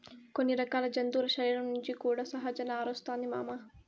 కొన్ని రకాల జంతువుల శరీరం నుంచి కూడా సహజ నారొస్తాది మామ